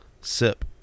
Sip